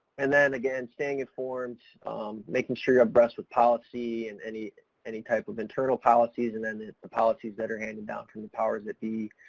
and then again, staying informed um making sure you're abreast with policy and any any type of internal policies and then the the policies that are handed down from the powers that be,